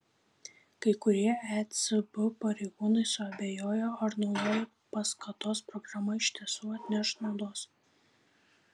kai kurie ecb pareigūnai suabejojo ar naujoji paskatos programa iš tiesų atneš naudos